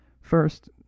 First